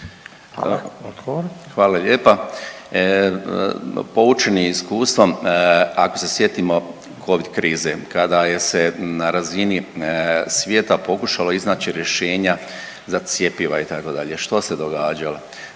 Zdravko** Hvala lijepa. Poučeni iskustvom, ako se sjetimo Covid krize, kada je se na razini svijeta pokušalo iznaći rješenja za cjepiva, itd., što se događalo?